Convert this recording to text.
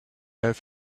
have